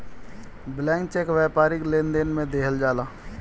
blank cheque व्यापारिक लेनदेन में देहल जाला